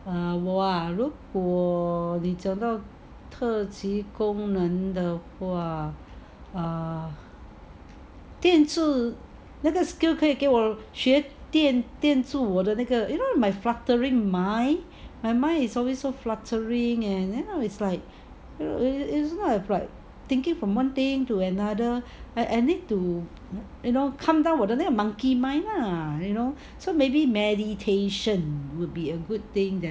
err 我 ah 如果你讲特技功能的话 err 电子那个 skill 可以给我电阻租我的那个 you know my fluttering my mind my mind is always so fluttering and then now it's like it isn't like thinking from one thing to another I I need to you know calm down 我的那个 monkey mind lah you know so maybe meditation would be a good thing that